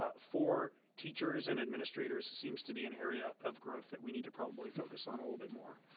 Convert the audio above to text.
ah for teachers and administrators, seems to be an area of growth, that we need to probably focus on a little bit more.